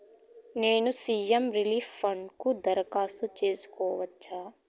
నేను CM relief fund కు దరఖాస్తు సేసుకోవచ్చా?